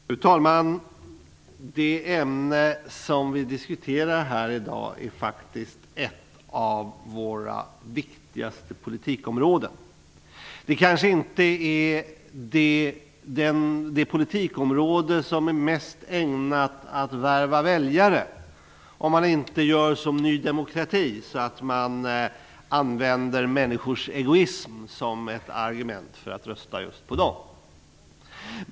Fru talman! Det ämne som vi diskuterar nu är faktiskt ett av våra viktigaste politikområden. Det kanske inte är det politikområde som är mest ägnat att värva väljare, om man inte gör som Ny demokrati och använder människors egoism som ett argument för att rösta på just dem.